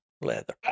leather